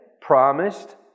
promised